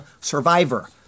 survivor